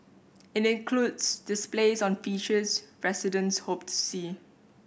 it includes displays on features residents hope to see